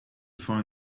find